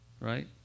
Right